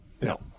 no